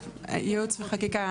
ייעוץ וחקיקה,